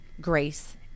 grace